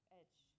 edge